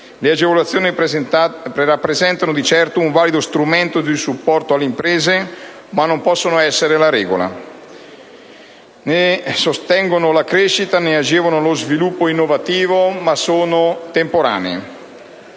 Le agevolazioni rappresentano di certo un valido strumento di supporto alle imprese, ma non possono essere la regola; ne sostengono la crescita e ne agevolano lo sviluppo innovativo, ma sono temporanee.